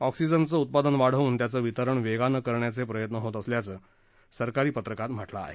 ऑक्सीजनचं उत्पादन वाढवून त्याचं वितरण वेगाने करण्याचे प्रयत्न होत असल्याचं सरकारी पत्रकात म्हटलं आहे